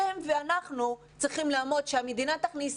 אתם ואנחנו צריכים לעמוד על כך שהמדינה תכניס